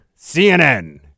CNN